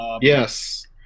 Yes